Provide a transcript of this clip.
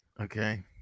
okay